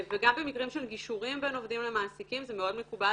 וגם במקרים של גישורים בין עובדים למעסיקים זה מאוד מקובל